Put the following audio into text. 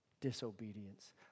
disobedience